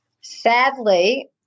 sadly